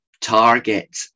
target